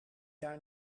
jaar